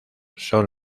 son